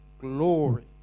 glory